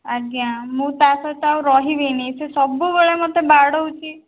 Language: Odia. ଆଜ୍ଞା ମୁଁ ତା'ସହିତ ଆଉ ରହିବିନି ସେ ସବୁବେଳେ ମୋତେ ବାଡ଼ଉଛି